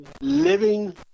living